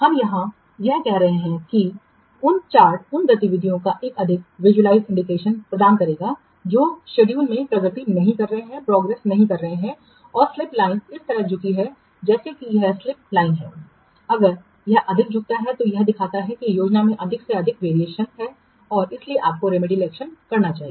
हम यहां यह कह रहे हैं कि यह चार्ट उन गतिविधियों का एक अधिक विजुअल इंडिकेशन प्रदान करेगा जो शेड्यूल में प्रगति नहीं कर रहे हैं और स्लिप लाइन इस तरह झुकती है जैसे कि यह स्लिप लाइन है अगर यह अधिक झुकता है तो यह दिखाता है कि योजना से अधिक से अधिक भिन्नता और इसलिए आपको रेमेडियल इलेक्शन करनी होगी